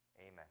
Amen